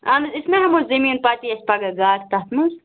اَہَن حظ أسۍ ما ہٮ۪مو زٔمیٖن پَتہٕ یِیہِ اَسہِ پگاہ گاٹہٕ تَتھ منٛز